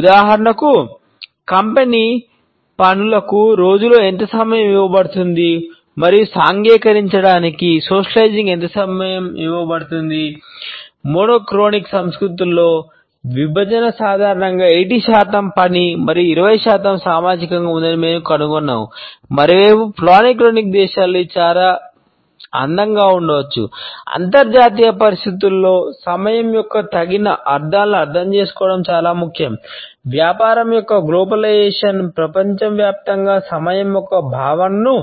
ఉదాహరణకు కంపెనీ ప్రపంచ వ్యాప్తంగా సమయం యొక్క భావనను